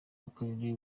w’akarere